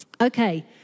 Okay